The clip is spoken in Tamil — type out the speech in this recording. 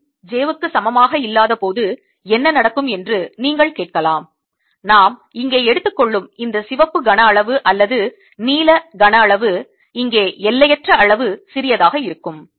i j க்கு சமமா இல்லாத போது என்ன நடக்கும் என்று நீங்கள் கேட்கலாம் நாம் இங்கே எடுத்துக்கொள்ளும் இந்த சிவப்பு கன அளவு அல்லது நீல கன அளவு இங்கே எல்லையற்ற அளவு சிறியதாக இருக்கும்